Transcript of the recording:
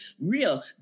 real